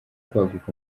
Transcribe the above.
kwaguka